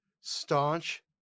staunch